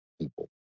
people